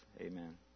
Amen